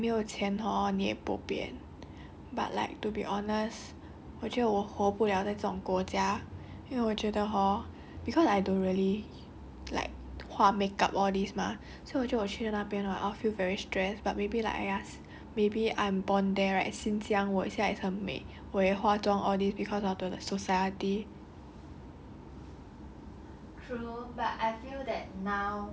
ya that's why 我觉得 like the society there was uh very toxic like 没有钱 hor 你也 bo pian but like to be honest 我觉得我活不 liao 这种国家因为我觉得 hor cause I don't really like 画 makeup all these mah 所以我觉得我去那边的话 I will feel very stressed but maybe like I ask maybe I'm born there right since young 我现在很美我也化妆 all these cause of the society